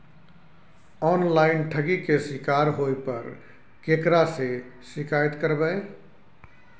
Online ठगी के शिकार होय पर केकरा से शिकायत करबै?